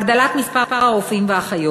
הגדלת מספר הרופאים והאחיות,